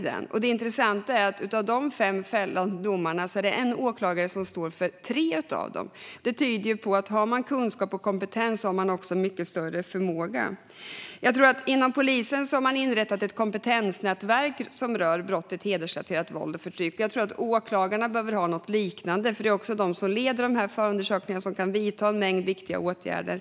Det intressanta är att en och samma åklagare står bakom tre av dessa fem fällande domar. Detta tyder på att den som har kunskap och kompetens också har mycket större förmåga. Inom polisen har man inrättat ett kompetensnätverk för hedersrelaterat våld och förtryck. Jag tror att åklagarna behöver ha något liknande. Det är de som leder förundersökningarna och kan vidta en mängd viktiga åtgärder.